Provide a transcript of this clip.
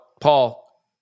Paul